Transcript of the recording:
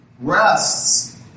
rests